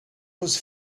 was